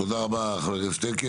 תודה רבה חבר הכנסת אלקין.